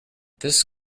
this